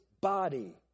body